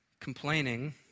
complaining